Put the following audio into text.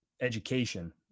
education